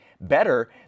better